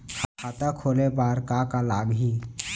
खाता खोले बार का का लागही?